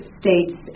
states